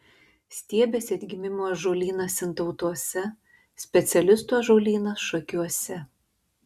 stiebiasi atgimimo ąžuolynas sintautuose specialistų ąžuolynas šakiuose